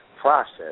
process